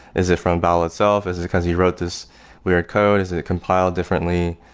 is it from babel itself? is it because you wrote this weird code? is it compiled differently?